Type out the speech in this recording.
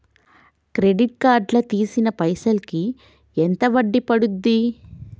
Credit card లా తీసిన పైసల్ కి ఎంత వడ్డీ పండుద్ధి?